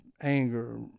anger